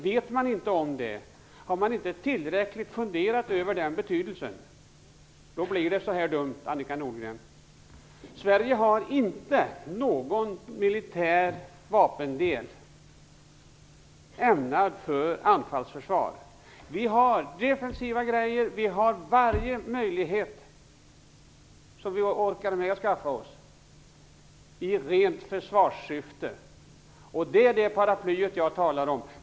Vet man inte om det och har inte tillräckligt funderat över den betydelsen blir det så här dumt, Annika Nordgren. Sverige har inte någon militär vapendel ämnad för anfallsförsvar. Vi har defensiva grejor, och vi har varje möjlighet som vi orkar med att skaffa oss, i rent försvarssyfte. Det är det paraply jag talar om.